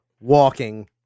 walking